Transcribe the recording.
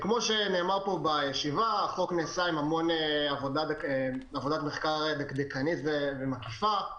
כמו שנאמר פה בישיבה החוק נעשה בהמון עבודת מחקר דקדקנית ומקיפה.